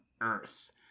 Earth